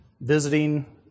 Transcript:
visiting